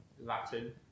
Latin